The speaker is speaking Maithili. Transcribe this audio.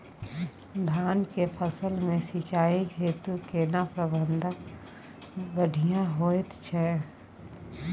धान के फसल में सिंचाई हेतु केना प्रबंध बढ़िया होयत छै?